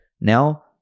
now